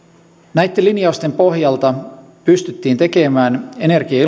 näitten linjausten pohjalta pystyttiin tekemään energia ja